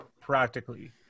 practically